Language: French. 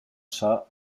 chat